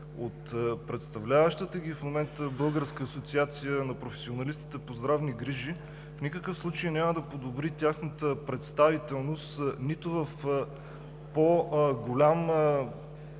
от представляващата ги в момента Българска асоциация на професионалистите по здравни грижи в никакъв случай няма да подобри тяхната представителност, нито в по-голям